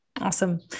Awesome